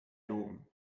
loben